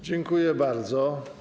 Dziękuję bardzo.